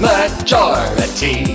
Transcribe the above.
Majority